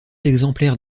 exemplaires